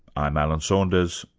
i'm alan saunders,